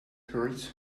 hurts